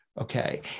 okay